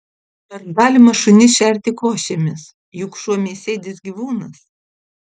ar galima šunis šerti košėmis juk šuo mėsėdis gyvūnas